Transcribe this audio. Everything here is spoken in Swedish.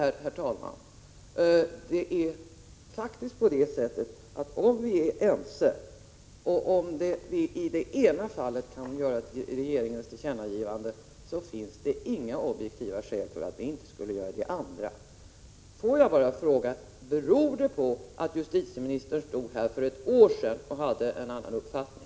Om vi är ense och om det i det ena fallet kan göras ett tillkännagivande för regeringen, finns det faktiskt inga objektiva skäl för att inte göra det i det andra. Får jag bara fråga: Beror detta på att justitieministern stod här för ett år sedan och hade en annan uppfattning?